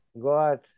God